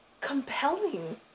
compelling